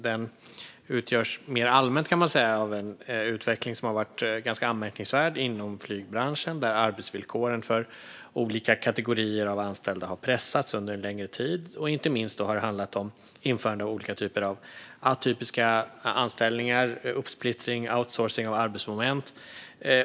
Den utgörs mer allmänt av en utveckling som har varit ganska anmärkningsvärd inom flygbranschen där arbetsvillkoren för olika kategorier av anställda har pressats under en längre tid. Inte minst har det handlat om införande av olika typer av atypiska anställningar, uppsplittring och outsourcing av arbetsmoment.